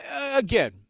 again